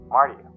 Marty